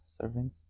serving